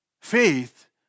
faith